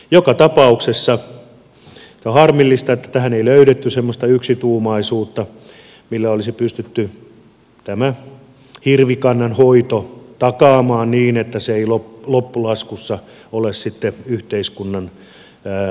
joka tapauksessa on harmillista että tähän ei löydetty semmoista yksituumaisuutta millä olisi pystytty tämä hirvikannan hoito takaamaan niin että se ei loppulaskussa ole sitten yhteiskunnan hoidettavana